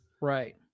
Right